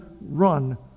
run